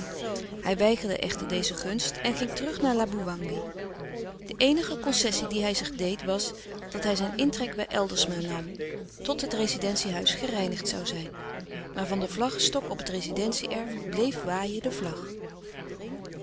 hij weigerde echter deze gunst en ging terug naar laboewangi de eenige concessie die hij zich deed was dat hij zijn intrek bij eldersma nam tot het rezidentie-huis gereinigd zoû zijn maar van den vlaggestok op het rezidentie erf bleef waaien de vlag